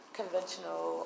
conventional